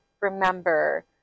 remember